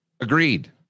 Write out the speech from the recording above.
Agreed